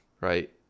right